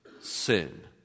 sin